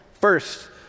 First